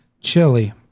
chili